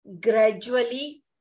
gradually